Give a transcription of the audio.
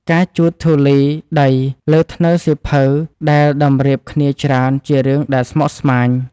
ការជូតធូលីដីលើធ្នើរសៀវភៅដែលតម្រៀបគ្នាច្រើន ជារឿងដែលស្មុគស្មាញ។